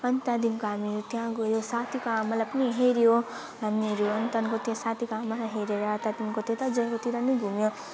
अनि त्यहाँदेखिको हामीहरू त्यहाँ गयौँ साथीको आमालाई पनि हेर्यौँ हामीहरू अनि त्यहाँदेखिको त्यहाँ साथीको आमालाई हेरेर त्यहाँदेखिको त्यतै जयगाउँतिर नै घुम्यौँ